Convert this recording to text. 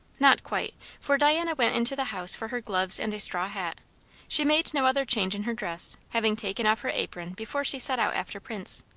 not quite, for diana went into the house for her gloves and a straw hat she made no other change in her dress, having taken off her apron before she set out after prince.